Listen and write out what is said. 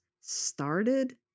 started